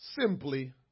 simply